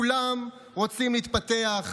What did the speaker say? כולם רוצים להתפתח,